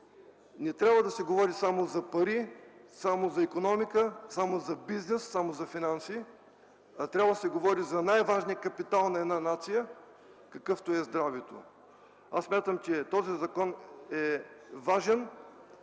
не трябва да се говори само за пари, само за икономика, бизнес и финанси, а трябва да се говори за най-важния капитал на една нация – здравето. Смятам, че този закон е важен.